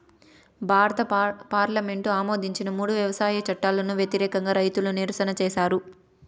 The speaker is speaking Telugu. భారత పార్లమెంటు ఆమోదించిన మూడు వ్యవసాయ చట్టాలకు వ్యతిరేకంగా రైతులు నిరసన చేసారు